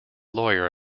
lawyer